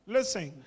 Listen